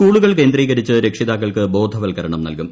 സ്കൂളുകൾ കേന്ദ്രീകരിച്ച് രക്ഷിതാക്കൾക്ക് ബോധവൽക്കരണം നൽകും